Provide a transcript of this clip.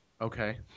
Okay